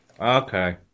Okay